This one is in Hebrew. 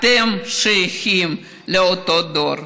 אתם שייכים לאותו דור.